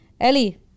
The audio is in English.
Ellie